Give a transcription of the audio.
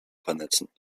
vernetzen